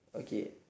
okay